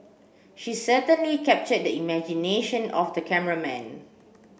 she certainly captured the imagination of the cameraman